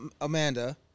Amanda